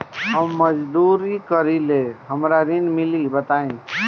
हम मजदूरी करीले हमरा ऋण मिली बताई?